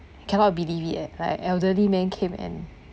cannot believe it at like elderly man came and